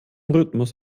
rhythmus